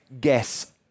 guess